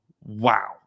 Wow